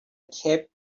cape